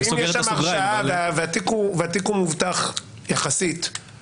הרי אם יש שם הרשעה והתיק מובטח יחסית,